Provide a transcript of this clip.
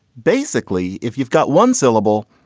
basically, if you've got one syllable,